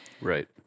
Right